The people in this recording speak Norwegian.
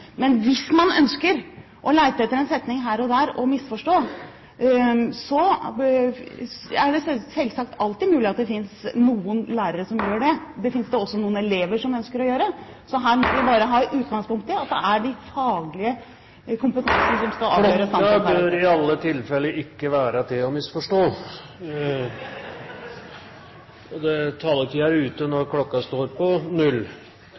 Men hvis man ønsker å lete etter en setning her og der å misforstå, er det selvsagt alltid mulighet for at det finnes noen lærere som gjør det. Det finnes det også noen elever som ønsker å gjøre. Så her må man bare ta utgangspunkt i at det er den faglige kompetansen som skal avgjøre saken … Klokken bør i alle tilfelle ikke være til å misforstå. Taletiden er ute når klokken står på null.